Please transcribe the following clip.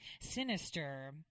sinister